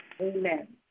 Amen